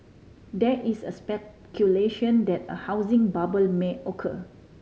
there is a speculation that a housing bubble may occur